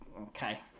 okay